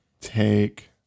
take